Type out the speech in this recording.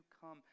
come